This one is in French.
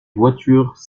voitures